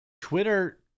Twitter